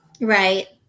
Right